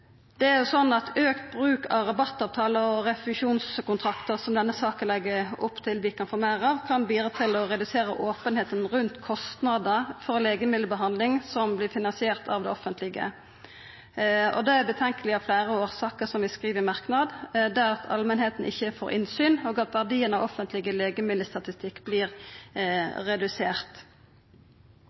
Det er jo sånn at auka bruk av rabattavtalar og refusjonskontraktar, som denne saka legg opp til at vi kan få meir av, kan bidra til å redusera openheita rundt kostnadene for legemiddelbehandling som er finansiert av det offentlege. Det er problematisk av fleire årsaker, som vi skriv i merknad, at ålmenta ikkje får innsyn, og at verdien av offentleg legemiddelstatistikk vert redusert.